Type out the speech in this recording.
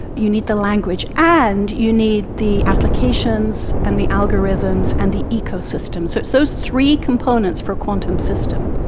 you need the language, and you need the applications and the algorithms and the ecosystems. so it's those three components for a quantum system.